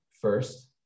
first